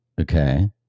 Okay